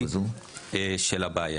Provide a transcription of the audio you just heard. קודם כול אני רוצה להשלים את מה שאמר עופר מרין.